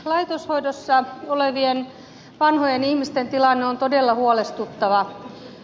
laitoshoidossa olevien vanhojen ihmisten tilanne on todella huolestuttava